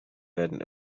werden